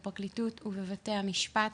בפרקליטות ובבתי המשפט.